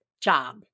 job